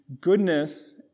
Goodness